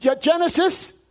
Genesis